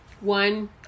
one